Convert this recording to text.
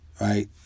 right